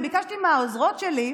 אני ביקשתי מהעוזרות שלי,